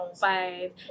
five